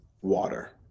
water